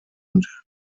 und